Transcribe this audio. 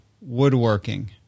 woodworking